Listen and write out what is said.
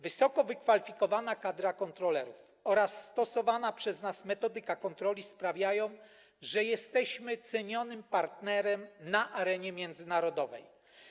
Wysoko wykwalifikowana kadra kontrolerów oraz stosowana przez nas metodyka kontroli sprawiają, że jesteśmy cenionym partnerem na arenie międzynarodowej.